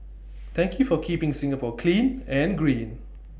thank you for keeping Singapore clean and green